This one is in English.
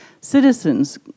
citizens